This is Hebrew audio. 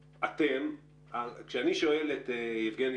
כשאני שואל את יבגני,